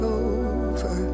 over